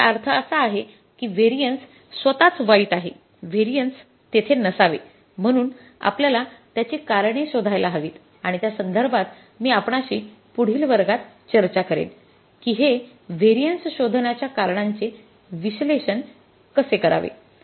याचा अर्थ असा आहे की व्हेरिएन्स स्वतःच वाईट आहे व्हेरिएन्स तेथे नसावे म्हणून आपल्याला त्याची कारणे शोधायला हवीत आणि त्या संदर्भात मी आपणाशी पुढील वर्गात चर्चा करेन की हे व्हेरिएन्स शोधण्याच्या कारणांचे विश्लेषण कसे करावे